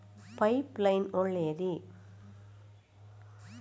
Pipe line ಒಳ್ಳೆಯದೇ?